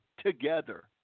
together